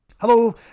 Hello